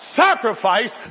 sacrifice